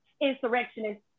insurrectionist